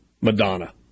Madonna